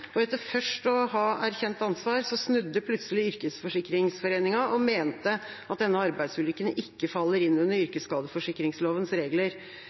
og etter først å ha erkjent ansvar snudde plutselig Yrkesskadeforsikringsforeningen og mente at denne arbeidsulykken ikke faller inn under yrkesskadeforsikringslovens regler.